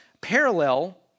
parallel